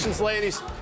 ladies